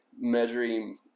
measuring